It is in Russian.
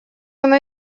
она